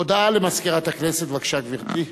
הודעה למזכירת הכנסת, בבקשה, גברתי.